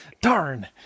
Darn